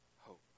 hope